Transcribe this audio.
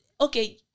Okay